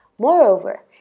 Moreover